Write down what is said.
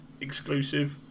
exclusive